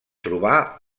trobà